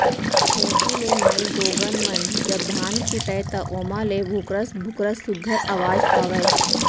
ढेंकी ले माईगोगन मन जब धान कूटय त ओमा ले भुकरस भुकरस सुग्घर अवाज आवय